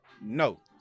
No